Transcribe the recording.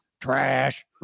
trash